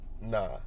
Nah